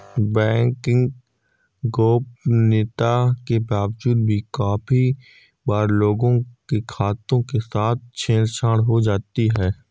banking गोपनीयता के बावजूद भी काफी बार लोगों के खातों के साथ छेड़ छाड़ हो जाती है